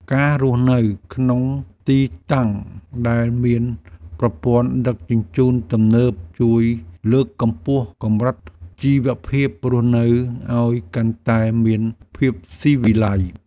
ការរស់នៅក្នុងទីតាំងដែលមានប្រព័ន្ធដឹកជញ្ជូនទំនើបជួយលើកកម្ពស់កម្រិតជីវភាពរស់នៅឱ្យកាន់តែមានភាពស៊ីវិល័យ។